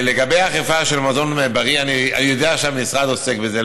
לגבי האכיפה של מזון בריא אני יודע שהמשרד עוסק בזה.